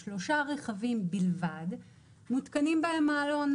בשלושה רכבים בלבד מותקן מעלון.